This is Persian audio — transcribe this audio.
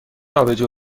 آبجو